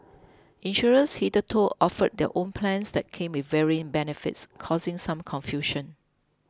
insurers hitherto offered their own plans that came with varying benefits causing some confusion